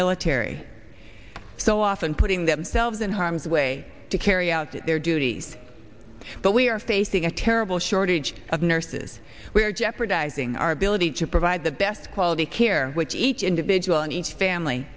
military so often putting themselves in harm's way to carry out their duties but we are facing a terrible shortage of nurses we are jeopardizing our ability to provide the best quality care which each individual and each family